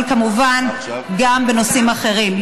אבל כמובן גם בנושאים אחרים.